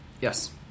Yes